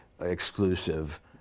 exclusive